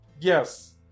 Yes